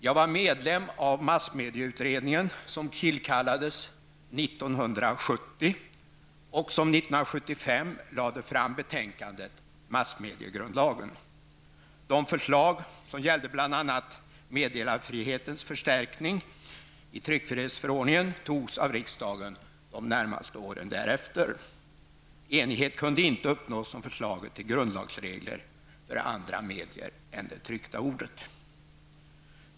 Jag var medlem av massmedieutredningen, som tillkallades 1970 och som 1975 lade fram betänkandet meddelarfrihetens förstärkning i tryckfrihetsförordningen togs av riksdagen de närmaste åren därefter. Enighet kunde inte uppnås om förslaget till grundlagsregler för andra medier än det tryckta ordet.